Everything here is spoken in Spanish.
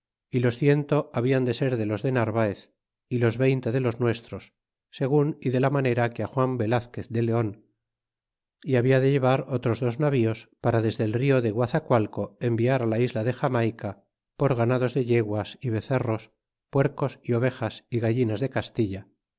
y los ciento hablan de ser de los de narvaez y los veinte de los nuestros segun y de la manera que juan velazquez de leon y habla de llevar otros dos navíos para desde el rio de guazacualco enviar la isla de jamayca por ganados de yeguas y becerros puercos y ovejas y gallinas de castilla